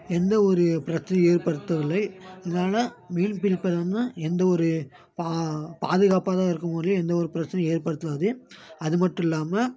எந்த ஒரு பிரச்சினை ஏற்படுத்தவில்லை அதனால மீன் பிடிப்பது வந்து எந்த ஒரு பா பாதுகாப்பாக தான் இருக்கும் ஒழிய எந்த ஒரு பிரச்சினையும் ஏற்படுத்தாது அது மட்டும் இல்லாமல்